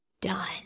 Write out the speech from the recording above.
done